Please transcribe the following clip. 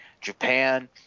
Japan